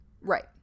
Right